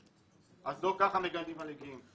לא ככה מגדלים מנהיגים.